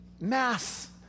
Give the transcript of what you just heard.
mass